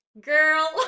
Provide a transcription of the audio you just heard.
girl